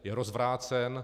Je rozvrácen.